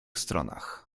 stronach